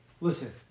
Listen